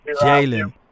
Jalen